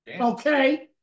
Okay